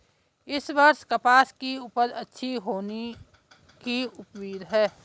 इस वर्ष कपास की उपज अच्छी होने की उम्मीद है